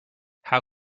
how